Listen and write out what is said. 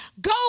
go